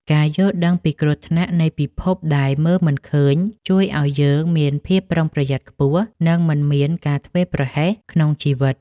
ការយល់ដឹងពីគ្រោះថ្នាក់នៃពិភពដែលមើលមិនឃើញជួយឱ្យយើងមានភាពប្រុងប្រយ័ត្នខ្ពស់ និងមិនមានការធ្វេសប្រហែសក្នុងជីវិត។